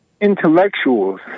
intellectuals